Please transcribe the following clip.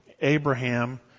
Abraham